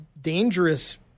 dangerous